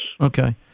Okay